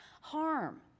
harm